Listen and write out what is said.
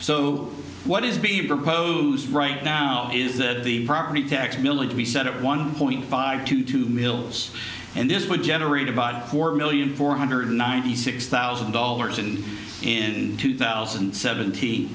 so what is being proposed right now is that the property tax millage be set at one point five to two mills and this would generate about four million four hundred ninety six thousand dollars and in two thousand and sevent